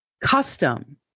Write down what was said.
custom